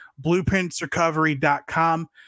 blueprintsrecovery.com